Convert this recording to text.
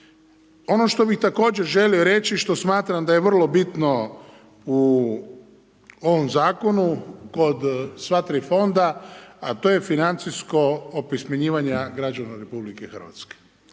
Ono što bi također želio reći, što smatram da je vrlo bitno u ovom zakonu kod sva tri fonda, a to ej financijsko opismenjivanje građana RH. Mnoge rasprave